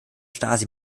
stasi